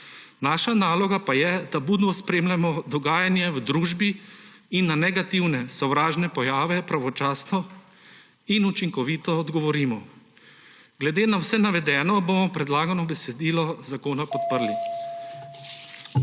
Naša naloga pa je, da budno spremljamo dogajanje v družbi in na negativne sovražne pojave pravočasno in učinkovito odgovorimo. Glede na vse navedeno bomo predlagano besedilo zakona podprli.